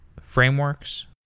frameworks